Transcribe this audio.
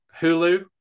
Hulu